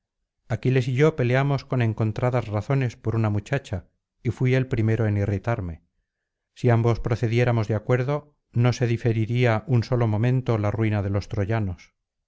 aquiles y yo peleamos con encontradas razones por una muchacha y fui el primero en irritarme si ambos procediéramos de acuerdo no se diferiría un solo momento la ruina de lostroyanos